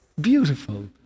beautiful